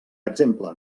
exemple